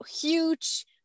huge